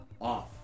off